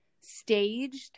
staged